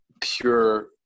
pure